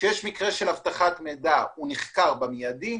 כשיש מקרה של אבטחת מידע הוא נחקר במידי,